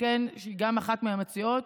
שהיא גם אחת מהמציעות.